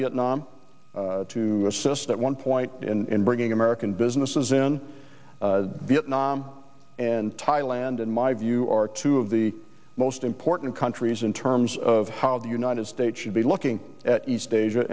vietnam to that one point in bringing american businesses in vietnam and thailand in my view are two of the most important countries in terms of how the united states should be looking at east asia